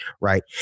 right